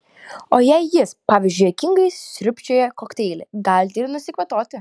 o jei jis pavyzdžiui juokingai sriubčioja kokteilį galite ir nusikvatoti